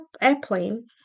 airplane